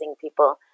people